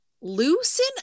loosen